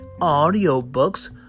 audiobooks